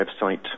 website